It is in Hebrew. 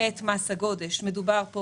את מס הגודש מדובר פה